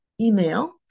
email